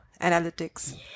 analytics